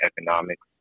economics